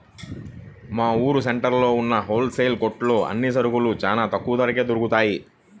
మా ఊరు సెంటర్లో ఉన్న హోల్ సేల్ కొట్లో అన్ని సరుకులూ చానా తక్కువ ధరకే దొరుకుతయ్